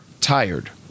tired